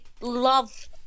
love